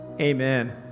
amen